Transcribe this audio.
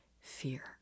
fear